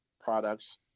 products